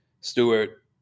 Stewart